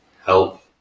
help